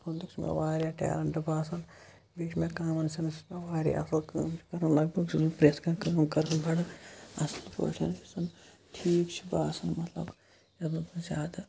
واریاہ ٹیلَنٹ باسان بییٚہِ چھُ مےٚ کامَن سیٚنس واریاہ اَصل کٲم چھ کَران لَگ بَگ چھُس بہٕ پرتھ کانٛہہ کٲم کَران بَڑٕ اَصل پٲٹھۍ ٹھیک چھُ باسان مَطلَب زیادٕ